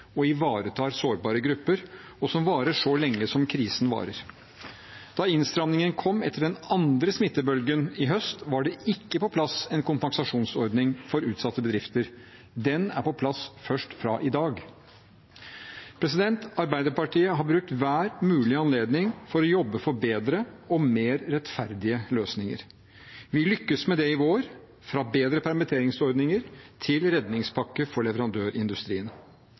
og ivaretar sårbare grupper, og som varer så lenge som krisen varer. Da innstrammingen kom etter den andre smittebølgen i høst, var det ikke på plass en kompensasjonsordning for utsatte bedrifter. Den er på plass først fra i dag. Arbeiderpartiet har brukt hver mulige anledning til å jobbe for bedre og mer rettferdige løsninger. Vi lyktes med det i vår – fra bedre permitteringsordninger til redningspakke for leverandørindustrien.